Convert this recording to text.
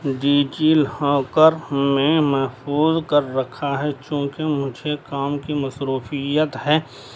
D G لاکر میں محفوظ کر رکھا ہے چونکہ مجھے کام کی مصروفیت ہے